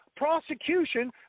Prosecution